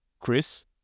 Chris